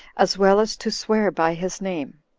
as well as to swear by his name.